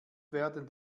werden